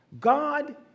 God